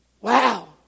wow